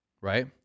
Right